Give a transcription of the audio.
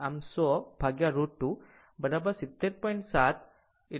આમ 100 √ 2 70